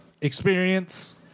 Experience